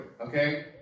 okay